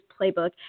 playbook